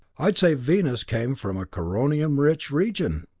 i'd say venus came from a coronium-rich region!